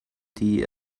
die